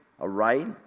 aright